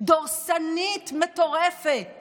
מטורפת